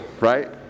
right